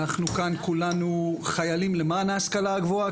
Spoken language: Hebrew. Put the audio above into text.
אנחנו כאן כולנו חיילים למען ההשכלה הגבוהה,